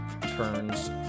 turns